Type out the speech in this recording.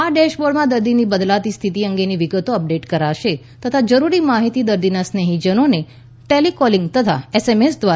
આ ડેશબોર્ડમાં દર્દીની બદલાતી સ્થિતિ અંગેની વિગતો અપડેટ કરાશે તથા જરૂરી માહિતી દર્દીના સ્નેહીજનને ટેલીકોલિંગ તથા આવશે